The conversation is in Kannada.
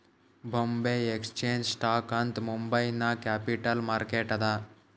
ಬೊಂಬೆ ಎಕ್ಸ್ಚೇಂಜ್ ಸ್ಟಾಕ್ ಅಂತ್ ಮುಂಬೈ ನಾಗ್ ಕ್ಯಾಪಿಟಲ್ ಮಾರ್ಕೆಟ್ ಅದಾ